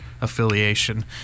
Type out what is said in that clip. affiliation